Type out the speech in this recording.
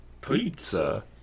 pizza